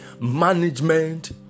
management